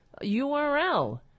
URL